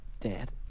Dad